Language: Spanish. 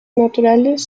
naturales